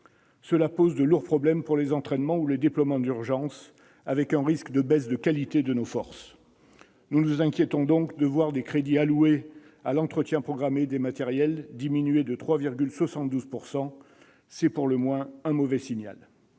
Ce fait pose de lourds problèmes pour les entraînements ou les déploiements d'urgence, avec un risque de baisse de qualité de nos forces. Nous nous inquiétons donc de voir les crédits alloués à l'entretien programmé des matériels diminuer de 3,72 %. C'est pour le moins un mauvais signal